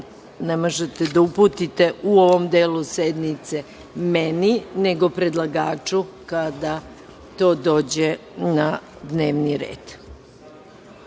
ne možete da uputite u ovom delu sednice meni nego predlagaču kada to dođe na dnevni red.Za